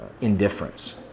indifference